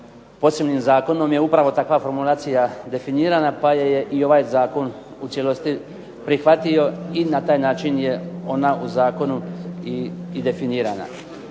posebnim Zakonom je upravo takva formulacija definirana pa je i ovaj Zakon u cijelosti prihvatio i na taj način je ona u Zakonu i definirana.